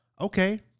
okay